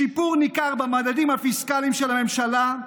שיפור ניכר במדדים הפיסקליים של הממשלה,